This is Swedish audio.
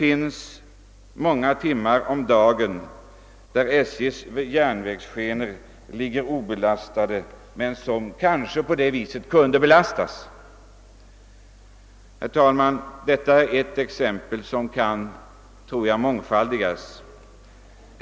Under många timmar av dygnet ligger SJ:s järnvägsskenor outnyttjade, men man kunde kanske på detta sätt öka belastningen. Herr talman! Detta är ett exempel. Jag tror att exemplen kan mångfaldigas.